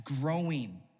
growing